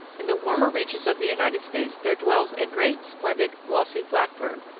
in the warmer regions of the united states there dwells a great, splendid, glossy blackbird,